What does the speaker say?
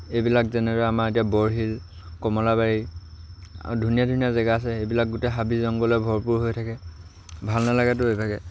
এইবিলাক যেনেদৰে আমাৰ এতিয়া বৰশীল কমলাবাৰী আৰু ধুনীয়া ধুনীয়া জেগা আছে এইবিলাক গোটেই হাবি জংঘলে ভৰপূৰ হৈ থাকে ভাল নালাগেতো এইভাগে